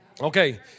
Okay